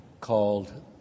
called